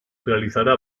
realizará